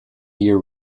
year